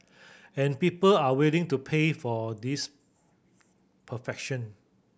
and people are willing to pay for this perfection